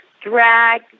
drag